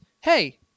hey